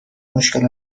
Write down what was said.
مشکل